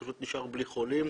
אתה פשוט נשאר בלי חולים.